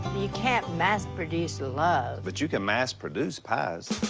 can't mass-produce ah love. but you can mass-produce pies.